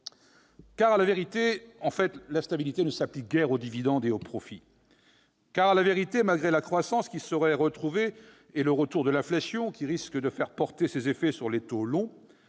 ». À la vérité, la stabilité ne s'applique guère aux dividendes et aux profits. Malgré la croissance, qui serait retrouvée, et le retour de l'inflation, qui risque de faire sentir ses effets sur les taux longs,